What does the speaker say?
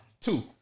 Two